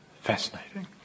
fascinating